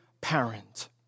parent